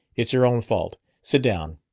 it's your own fault. sit down.